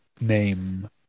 name